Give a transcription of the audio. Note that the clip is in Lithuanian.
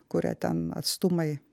kuria ten atstumai